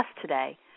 today